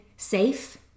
safe